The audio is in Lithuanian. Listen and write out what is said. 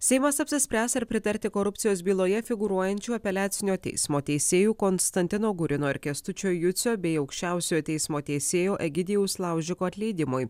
seimas apsispręs ar pritarti korupcijos byloje figūruojančių apeliacinio teismo teisėjų konstantino gurino ir kęstučio jucio bei aukščiausiojo teismo teisėjo egidijaus laužiko atleidimui